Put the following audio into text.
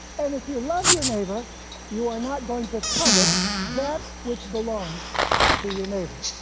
and if you love your neighbor you are not going to covet that which belongs to your neighbor.